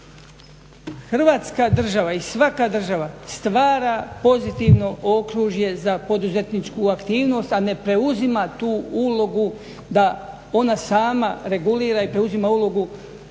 Hrvatska država i svaka država stvara pozitivno okružje za poduzetničku aktivnost a ne preuzima tu ulogu da ona sama regulira i preuzima ulogu